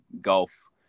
golf